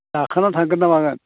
जाखांना थांगोन ना मागोन